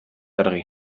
argi